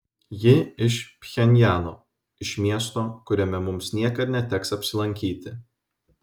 ji iš pchenjano iš miesto kuriame mums niekad neteks apsilankyti